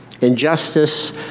injustice